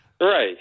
Right